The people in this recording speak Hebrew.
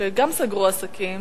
שגם סגרו עסקים